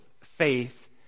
faith